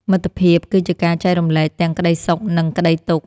មិត្តភាពគឺជាការចែករំលែកទាំងក្ដីសុខ និងក្ដីទុក្ខ។